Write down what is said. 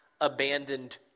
abandoned